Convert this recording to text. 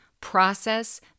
process